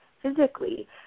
Physically